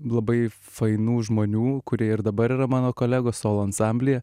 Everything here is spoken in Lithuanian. labai fainų žmonių kurie ir dabar yra mano kolegos solo ansamblyje